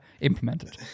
implemented